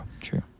True